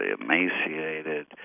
emaciated